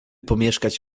pomieszkać